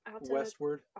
westward